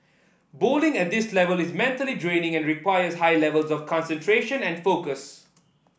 bowling at this level is mentally draining and requires high levels of concentration and focus